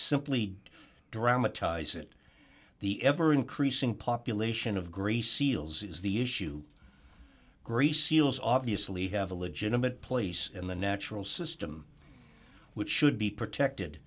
simply dramatize it the ever increasing population of grey seals is the issue grease seals obviously have a legitimate place in the natural system which should be protected